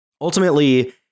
Ultimately